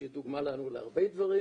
שהיא דוגמה לנו להרבה דברים,